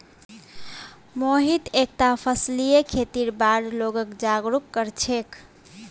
मोहित एकता फसलीय खेतीर बार लोगक जागरूक कर छेक